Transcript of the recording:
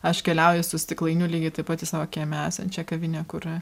aš keliauju su stiklainiu lygiai taip pat į savo kieme esančią kavinę kur